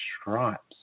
Stripes